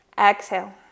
Exhale